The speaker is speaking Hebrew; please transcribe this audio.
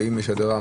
האם יש עבירה,